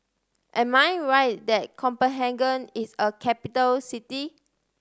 am I right that Copenhagen is a capital city